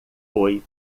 foi